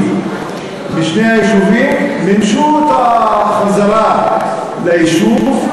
משני היישובים מימשו את החזרה ליישוב.